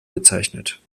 bezeichnet